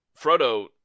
Frodo